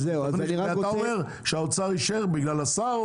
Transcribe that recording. אתה אומר שהאוצר אישר בגלל השר?